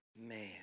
man